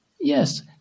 yes